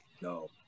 No